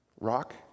Rock